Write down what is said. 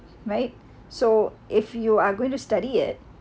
right so if you are going to study it